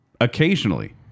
occasionally